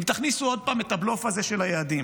אם תכניסו עוד פעם את הבלוף הזה של היעדים,